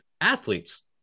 athletes